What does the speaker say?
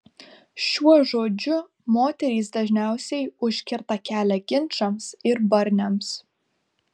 šiuo žodžiu moterys dažniausiai užkerta kelią ginčams ir barniams